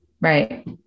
Right